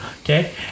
okay